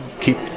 keep